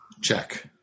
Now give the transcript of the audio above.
Check